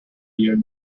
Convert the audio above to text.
year